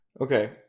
Okay